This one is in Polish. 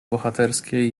bohaterskiej